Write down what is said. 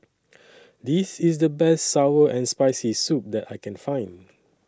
This IS The Best Sour and Spicy Soup that I Can Find